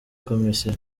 commission